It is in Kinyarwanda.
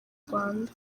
rwanda